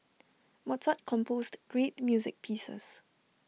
Mozart composed great music pieces